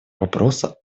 вопроса